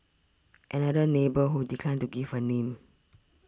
another neighbour who declined to give her name